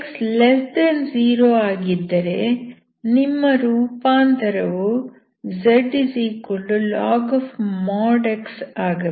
x0 ಆಗಿದ್ದರೆ ನಿಮ್ಮ ರೂಪಾಂತರವು zlog |x| ಆಗಬೇಕು